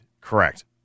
Correct